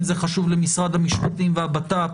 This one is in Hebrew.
אם זה חשוב למשרד המשפטים והבט"פ,